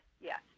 yes